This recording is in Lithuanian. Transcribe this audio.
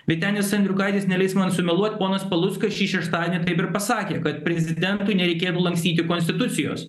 vytenis andriukaitis neleis man sumeluot ponas paluckas šį šeštadienį taip ir pasakė kad prezidentui nereikėtų lankstyti konstitucijos